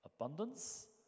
Abundance